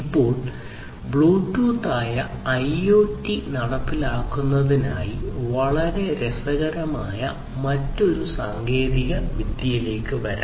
ഇപ്പോൾ ബ്ലൂടൂത്ത് ആയ IoT നടപ്പിലാക്കുന്നതിനായി വളരെ രസകരമായ മറ്റൊരു ജനപ്രിയ സാങ്കേതികവിദ്യയിലേക്ക് വരാം